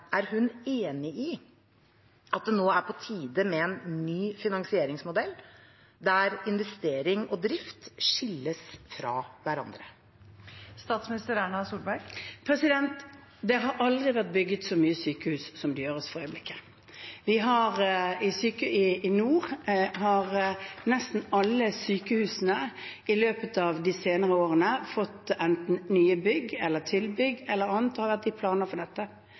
Er hun enig i at det nå er på tide med en ny finansieringsmodell, der investering og drift skilles fra hverandre? Det har aldri vært bygget så mye sykehus som det gjøres for øyeblikket. I nord har nesten alle sykehusene i løpet av de senere årene fått enten nye bygg eller tilbygg, eller annet har vært i planer for dette.